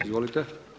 Izvolite.